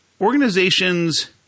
organizations